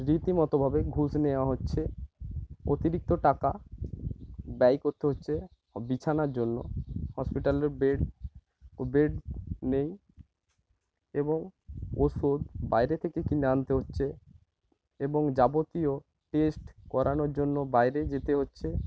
রীতিমতো ভাবে ঘুষ নেওয়া হচ্ছে অতিরিক্ত টাকা ব্যয় করতে হচ্ছে বিছানার জন্য হসপিটালে বেড ও বেড নেই এবং ওষুধ বাইরে থেকে কিনে আনতে হচ্ছে এবং যাবতীয় টেস্ট করানোর জন্য বাইরে যেতে হচ্চে